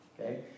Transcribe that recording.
Okay